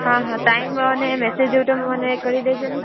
હા હા ટાઈમ ને મેસેજ જો તો તમે મને કરી દેજો ને